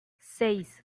seis